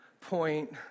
point